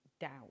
doubt